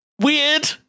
weird